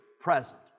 present